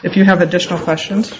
if you have additional questions